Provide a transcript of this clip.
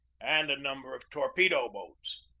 and a number of torpedo-boats.